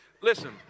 Listen